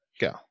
go